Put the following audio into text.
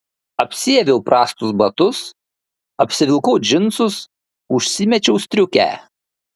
apsiaviau prastus batus apsivilkau džinsus užsimečiau striukę